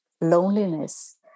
loneliness